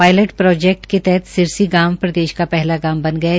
pilot project के तहत सिरसी गांवप्रदेश का पहला गांव बना गया है